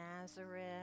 Nazareth